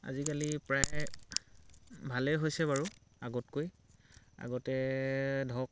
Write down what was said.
আজিকালি প্ৰায় ভালেই হৈছে বাৰু আগতকৈ আগতে ধৰক